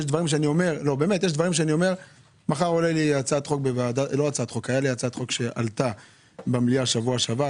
הייתה הצעת חוק שלי שעלתה במליאה בשבוע שעבר,